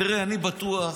תראה, אני בטוח,